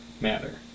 matter